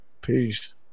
Peace